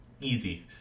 easy